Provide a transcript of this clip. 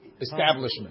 establishment